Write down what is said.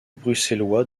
bruxellois